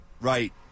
right